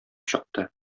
чыкты